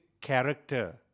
character